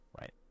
right